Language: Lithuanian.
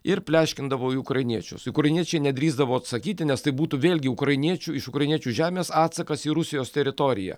ir pleškindavo į ukrainiečius ukrainiečiai nedrįsdavo atsakyti nes tai būtų vėlgi ukrainiečių iš ukrainiečių žemės atsakas į rusijos teritoriją